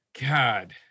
God